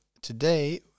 today